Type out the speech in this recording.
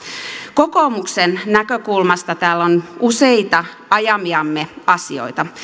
kokoomuksen näkökulmasta täällä on useita ajamiamme asioita